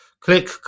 Click